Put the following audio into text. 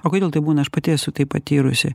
o kodėl taip būna aš pati esu tai patyrusi